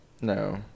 No